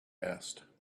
asked